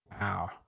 Wow